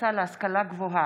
המשפטית והאפוטרופסות